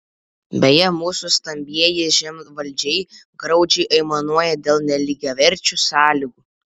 beje mūsų stambieji žemvaldžiai graudžiai aimanuoja dėl nelygiaverčių sąlygų